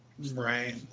Right